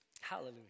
Hallelujah